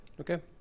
okay